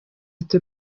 ati